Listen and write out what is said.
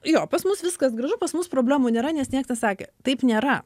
jo pas mus viskas gražu pas mus problemų nėra nes nieks nesakė taip nėra